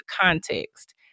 context